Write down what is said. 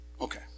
Okay